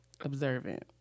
Observant